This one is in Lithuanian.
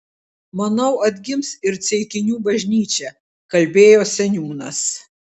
manau atgims ir ceikinių bažnyčia kalbėjo seniūnas